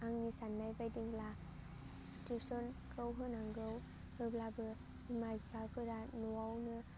आंनि सान्नाय बायदिब्ला टिउस'नखौ होनांगौ होब्लाबो बिमा बिफाफोरा न'आवनो